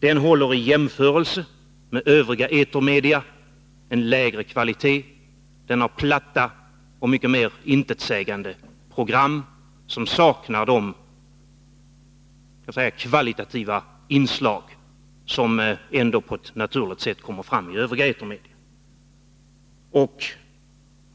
Den håller, i jämförelse med övriga etermedia, en lägre kvalitet. Den har platta och mycket mer intetsägande program, som saknar de kvalitativa inslag som ändå på ett naturligt sätt kommer fram i övriga etermedia.